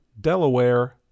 Delaware